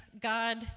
God